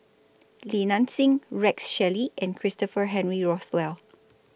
Li Nanxing Rex Shelley and Christopher Henry Rothwell